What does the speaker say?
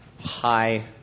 high